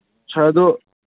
ꯁꯥꯔ ꯑꯗꯨ